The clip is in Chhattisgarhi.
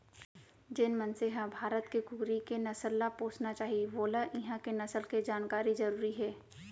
जेन मनसे ह भारत के कुकरी के नसल ल पोसना चाही वोला इहॉं के नसल के जानकारी जरूरी हे